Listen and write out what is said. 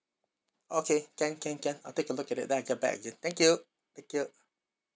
okay can can can I'll take a look at it then I get back again thank you thank you